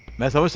mathur.